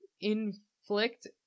inflict